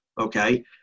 okay